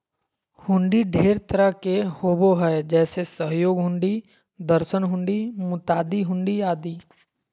हुंडी ढेर तरह के होबो हय जैसे सहयोग हुंडी, दर्शन हुंडी, मुदात्ती हुंडी आदि